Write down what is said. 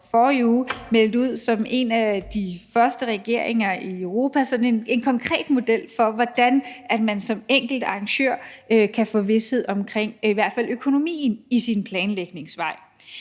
danske regering som en af de første regeringer i Europa i forrige uge meldte sådan en konkret model ud for, hvordan man som enkelt arrangør kan få vished omkring i hvert fald økonomien i sin planlægning.